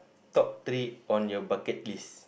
top three on your bucket list